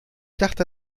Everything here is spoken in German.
dachte